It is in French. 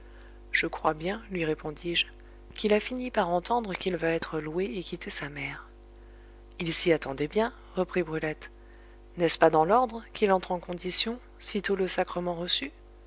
je crois bien lui répondis-je qu'il a fini par entendre qu'il va être loué et quitter sa mère il s'y attendait bien reprit brulette n'est-ce pas dans l'ordre qu'il entre en condition sitôt le sacrement reçu